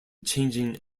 changing